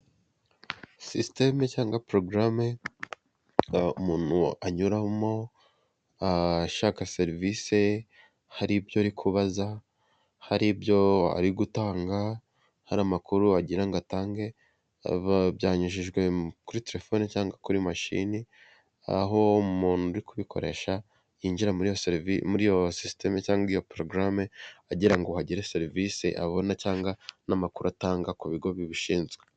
Sisiteme cyangwa porogaramu umuntu anyuramo ashaka serivisi, hari ibyo ari kubaza, hari ibyo ari gutanga, hari amakuru agira ngo atange, byanyujijwe kuri telefoni cyangwa kuri mashini, aho umuntu uri kubikoresha yinjira muri iyo sisiteme cyangwa iyo porogaramu agira ngo agire serivisi abona cyangwa n'amakuru atanga ku bigo bibishinzwe.